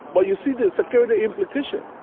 but you see the security implications.